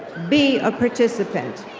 be a participant,